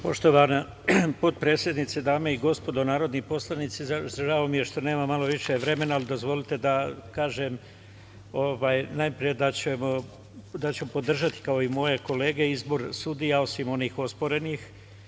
Poštovana potpredsednice, dame i gospodo narodni poslanici, žao mi je što nemam malo više vremena, ali dozvolite da kažem, najpre da ću podržati kao i moje kolege izbor sudija, osim onih osporenih.